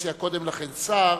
קדנציה קודם לכן שר,